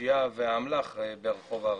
הפשיעה והאמל"ח ברחוב הערבי.